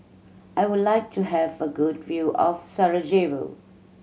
I would like to have a good view of Sarajevo